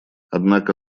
однако